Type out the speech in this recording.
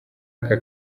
aka